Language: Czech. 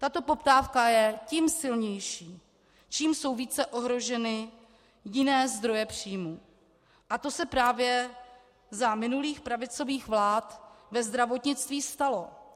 Tato poptávka je tím silnější, čím jsou více ohroženy jiné zdroje příjmů, a to se právě za minulých pravicových vlád ve zdravotnictví stalo.